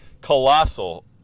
colossal